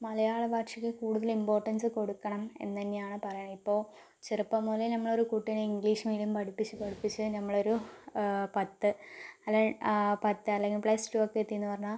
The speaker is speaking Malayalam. മലയാള ഭാഷയ്ക്ക് കൂടുതൽ ഇംപോർട്ടൻസ് കൊടുക്കണം എന്ന് തന്നെയാണ് പറയാൻ ഇപ്പോൾ ചെറുപ്പം മുതലേ ഞങ്ങളൊരു കുട്ടീനേ ഇംഗ്ലീഷ് മീഡിയം പഠിപ്പിച്ചു പഠിപ്പിച്ച് ഞമ്മളൊരു പത്ത് അല്ലേ പത്ത് അല്ലെങ്കിൽ പ്ലസ് ടുവൊക്കെ എത്തീന്ന് പറഞ്ഞാൽ